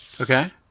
Okay